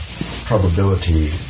probability